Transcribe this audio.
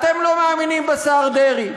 אתם לא מאמינים בשר דרעי,